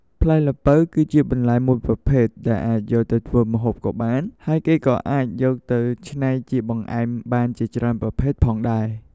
ផ្លែល្ពៅ គឺបន្លែមួយប្រភេទដែលអាចយកទៅធ្វើម្ហូបក៏បាន ហើយគេក៏អាចយកច្នៃជាបង្អែមបានជាច្រើនប្រភេទផងដែរ។